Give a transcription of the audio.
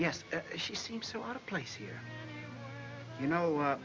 yes she seems so out of place here you know